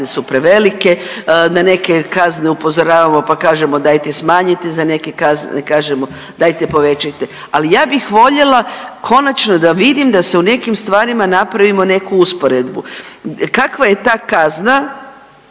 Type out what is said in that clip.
su prevelike. Na neke kazne upozoravamo pa kažemo dajte smanjite, za neke kažemo dajte povećajte. Ali ja bih voljela konačno da vidim da se u nekim stvarima napravimo neku usporedbu. Kakva je ta kazna